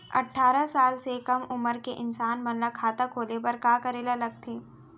अट्ठारह साल से कम उमर के इंसान मन ला खाता खोले बर का करे ला लगथे?